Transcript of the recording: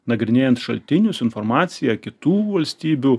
nagrinėjant šaltinius informaciją kitų valstybių